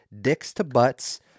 dicks-to-butts